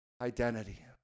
identity